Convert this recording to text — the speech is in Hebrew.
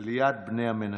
עליית בני המנשה.